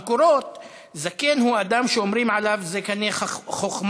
במקורות "זקן" הוא אדם שאומרים עליו "זה קנה חוכמה".